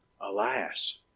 Alas